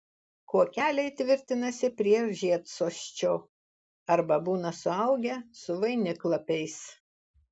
kuokeliai tvirtinasi prie žiedsosčio arba būna suaugę su vainiklapiais